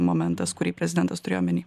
momentas kurį prezidentas turėjo omeny